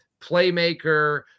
playmaker